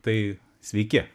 tai sveiki